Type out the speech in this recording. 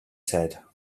said